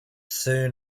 soon